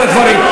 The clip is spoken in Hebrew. (חבר הכנסת ג'מאל זחאלקה יוצא מאולם המליאה.)